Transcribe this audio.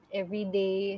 everyday